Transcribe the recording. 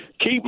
Keep